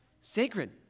sacred